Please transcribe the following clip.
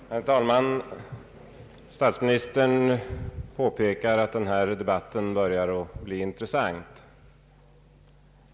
Herr talman! Statsministern påpekar att denna debatt börjar bli intressant.